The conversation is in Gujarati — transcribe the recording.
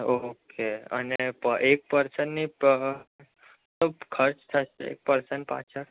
ઓકે અને પ એક પર્સનની ખર્ચ થશે એક પર્સન પાછળ